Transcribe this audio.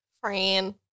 Friend